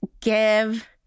give